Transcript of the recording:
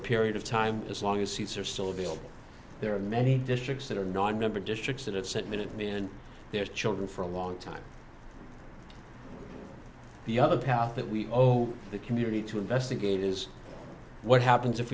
a period of time as long as seats are still available there are many districts that are non member districts that have sent minutemen their children for a long time the other path that we owe the community to investigate is what happens if